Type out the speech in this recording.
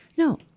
No